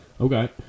Okay